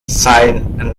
sein